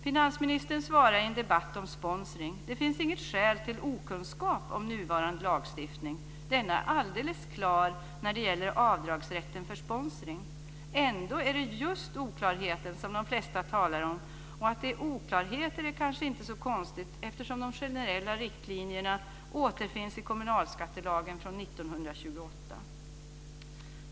Finansministern svarade så här i en debatt om sponsring: "Det finns inget skäl till okunskap om nuvarande lagstiftning. Denna är alldeles klar när det gäller avdragsrätten för sponsring." Ändå är det just oklarheten, som de flesta talar om. Och att det är oklarheter är kanske inte så konstigt, eftersom de generella riktlinjerna återfinns i kommunalskattelagen från 1928.